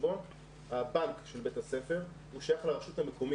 חשבון הבנק של בית הספר שייך לרשות המקומית.